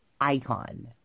icon